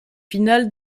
finale